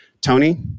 Tony